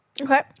Okay